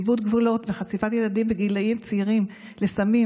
לאיבוד גבולות וחשיפת ילדים בגילים צעירים לסמים,